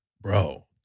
bro